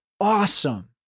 awesome